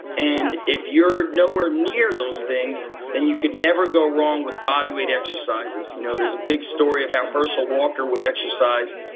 and if you're nowhere near those things then you could go wrong with body weight exercises. you know there's a big story of how herschel walker would exercise.